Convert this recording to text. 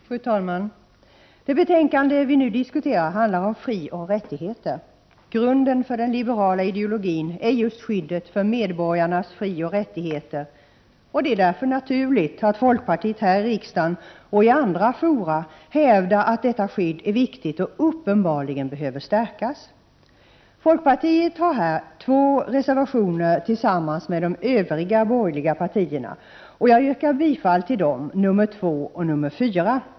Fru talman! Det betänkande vi nu diskuterar handlar om frioch rättigheter. Grunden för den liberala ideologin är just skyddet för medbor garnas frioch rättigheter, och det är därför naturligt att folkpartiet här i riksdagen och i andra fora hävdar att detta skydd är viktigt och helt klart behöver stärkas. Folkpartiet har här två reservationer tillsammans med de övriga borgerliga partierna, och jag yrkar bifall till dem, nr 2 och nr 4.